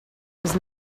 was